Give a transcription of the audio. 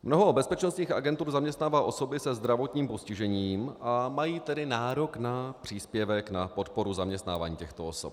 Mnoho bezpečnostních agentur zaměstnává osoby se zdravotním postižením, a mají tedy nárok na příspěvek na podporu zaměstnávání těchto osob.